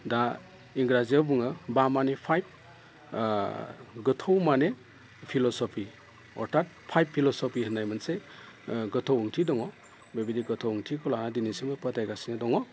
दा इंग्राजियाव बुङो बा माने फाइभ गोथौ माने फिलस'फि अरथाथ फाइभ फिलस'फि होननाय मोनसे गोथौ ओंथि दङ बेबायदि गोथौ ओंथिखौ लानानै दिनैसिमबो फोथायगासिनो दङ